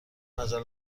مجله